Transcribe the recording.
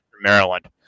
Maryland